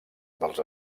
dels